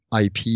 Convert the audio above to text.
ip